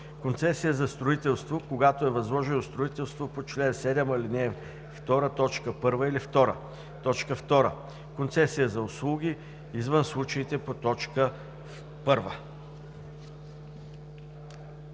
концесия за строителство, когато е възложено строителство по чл. 7, ал. 2, т. 1 или 2; 2. концесия за услуги – извън случаите по т. 1.“